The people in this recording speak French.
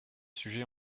sujet